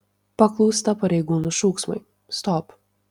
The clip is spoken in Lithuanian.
paklūsta pareigūnų šūksmui stop